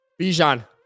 Bijan